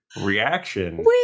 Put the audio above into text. Reaction